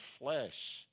flesh